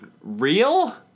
real